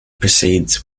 proceeds